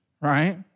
right